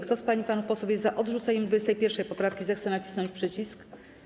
Kto z pań i panów posłów jest za odrzuceniem 21. poprawki, zechce nacisnąć przycisk.